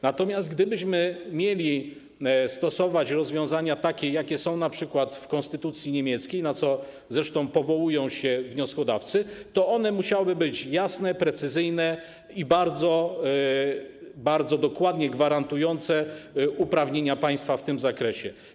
Natomiast gdybyśmy mieli stosować rozwiązania takie, jakie są np. w konstytucji niemieckiej, na co zresztą powołują się wnioskodawcy, to one musiałyby być jasne, precyzyjne i bardzo dokładnie gwarantujące uprawnienia państwa w tym zakresie.